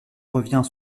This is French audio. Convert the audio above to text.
revient